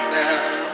now